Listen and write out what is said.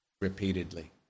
repeatedly